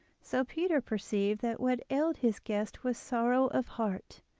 so peter perceived that what ailed his guest was sorrow of heart,